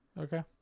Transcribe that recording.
Okay